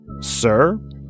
Sir